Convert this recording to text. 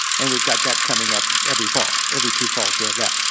and we've got that coming up every fall, every two falls we have that.